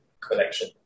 collection